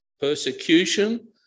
persecution